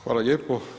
Hvala lijepo.